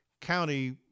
county